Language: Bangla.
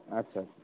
আচ্ছা আচ্ছা